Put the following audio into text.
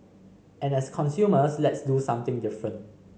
and as consumers let's do something different